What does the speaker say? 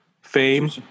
fame